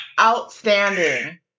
outstanding